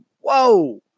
Whoa